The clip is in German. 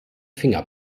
finger